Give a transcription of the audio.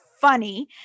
funny